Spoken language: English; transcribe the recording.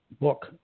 book